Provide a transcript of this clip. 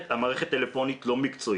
המערכת הטלפונית לא מקצועית.